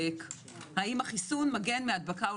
האם החיסון מגן מהדבקה.